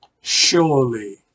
Surely